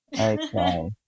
Okay